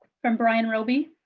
from brian roby.